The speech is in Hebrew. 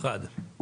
הצבעה בעד,